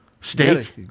Steak